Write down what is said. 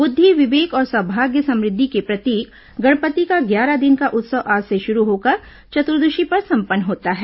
बुद्धि विवेक और सौभाग्य समृद्वि के प्रतीक गणपति का ग्यारह दिन का उत्सव आज से शुरु होकर चतुर्दशी पर सम्पन्न होता है